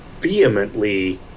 vehemently